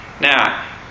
Now